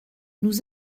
nous